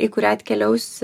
į kurią atkeliaus